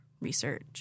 research